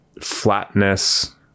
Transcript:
flatness